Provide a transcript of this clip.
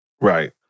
Right